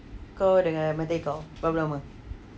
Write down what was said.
kau dengan my dear kau berapa lama